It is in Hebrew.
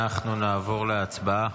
אנחנו נעבור להצבעה.